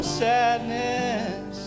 sadness